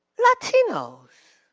latinos.